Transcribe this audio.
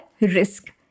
Risk